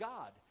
God